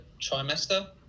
trimester